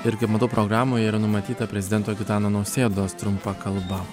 ir kaip matau programoj numatyta prezidento gitano nausėdos trumpa kalba